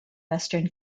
western